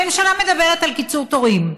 הממשלה מדברת על קיצור תורים.